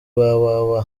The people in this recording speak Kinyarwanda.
www